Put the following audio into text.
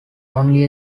only